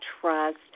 trust